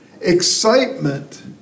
excitement